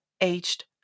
aged